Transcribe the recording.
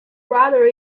brother